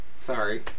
sorry